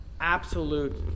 Absolute